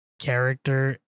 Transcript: character